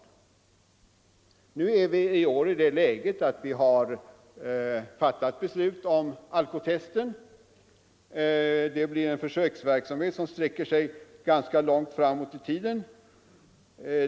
I år är vi i det läget att vi har fattat beslut om alkotest. Det blir en försöksverksamhet som sträcker sig ganska långt framåt i tiden.